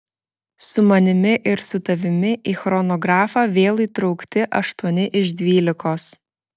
su manimi ir su tavimi į chronografą vėl įtraukti aštuoni iš dvylikos